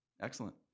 Excellent